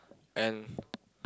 and